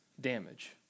damage